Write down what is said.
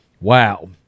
Wow